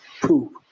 poop